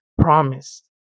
promised